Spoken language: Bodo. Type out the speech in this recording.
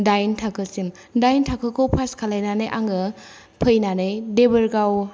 दाइन थाखोसिम दाइन थाखोखौ पास खालायनानै आङो फैनानै देबरगाव